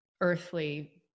earthly